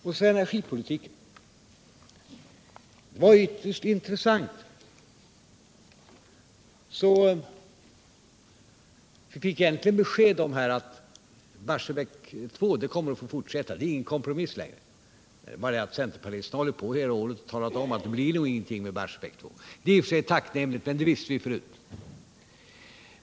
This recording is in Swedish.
Och sedan energipolitiken! Det här var ytterst intressant. Så fick jag äntligen besked om att Barsebäck 2 kommer att få fortsätta. Det är ingen kompromiss längre. Det är bara det att centerpartisterna under hela året har sagt att det blir nog ingenting med Barsebäck 2. Det här beskedet var i och för sig tacknämligt, men det visste vi förut.